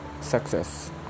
success